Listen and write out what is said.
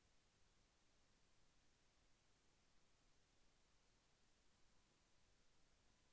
Bank ఖాతా తెరవడానికి KYC అవసరమా?